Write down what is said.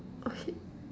okay